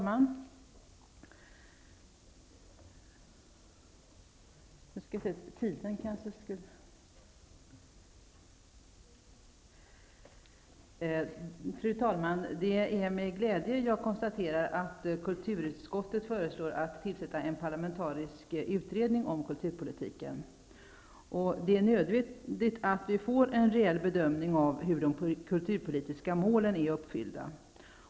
Fru talman! Det är med glädje jag konstaterar att kulturutskottet föreslår att en parlamentarisk utredning om kulturpolitiken tillsätts. Det är nödvändigt att vi får en reell bedömning av hur de kulturpolitiska målen är uppfyllda.